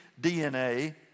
DNA